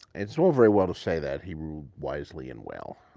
it is all very well to say that he ruled wisely and well